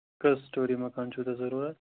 کٔژ سِٹوری مکان چھُو تۄہہِ ضروٗرَت